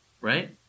right